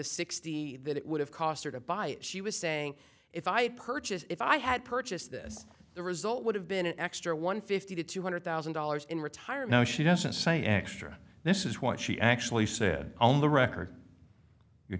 sixty that it would have cost her to buy she was saying if i purchase if i had purchased this the result would have been an extra one fifty to two hundred thousand dollars in retired now she doesn't say extra this is what she actually said on the record you're